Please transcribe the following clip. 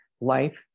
life